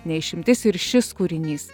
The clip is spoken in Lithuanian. ne išimtis ir šis kūrinys